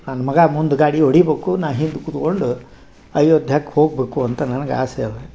ನನ್ನ ಮಗ ಮುಂದೆ ಗಾಡಿ ಹೊಡಿಬೇಕು ನಾನು ಹಿಂದೆ ಕುತ್ಕೊಂಡು ಅಯೋಧ್ಯಕ್ಕೆ ಹೋಗ್ಬೇಕು ಅಂತ ನನಗೆ ಆಸೆ ಇದೆ